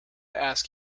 ask